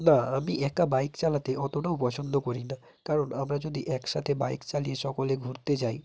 না আমি একা বাইক চালাতে অতটাও পছন্দ করি না কারণ আমরা যদি একসাথে বাইক চালিয়ে সকলে ঘুরতে যাই